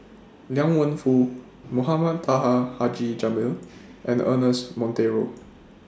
Liang Wenfu Mohamed Taha Haji Jamil and Ernest Monteiro